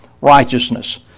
righteousness